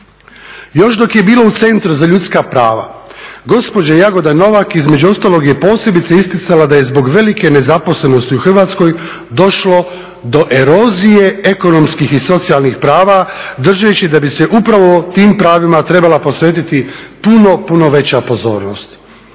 Još dok je bila u Centru za ljudska prava gospođa Jagoda Novak između ostalog je posebice isticala da je zbog velike nezaposlenosti u Hrvatskoj došlo do erozije ekonomskih i socijalnih prava držeći da bi se upravo tim pravima trebala posvetiti puno, puno veća pozornost.